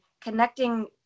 Connecting